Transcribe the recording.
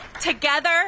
together